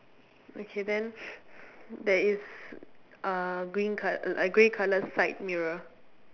okay then there is uh green colour a a grey colour side mirror